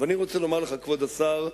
אני רוצה לומר לך, כבוד השר: